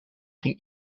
ging